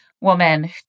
woman